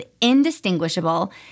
indistinguishable